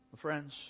Friends